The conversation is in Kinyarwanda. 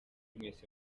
mwese